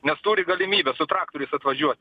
nes turi galimybę su traktoriais atvažiuot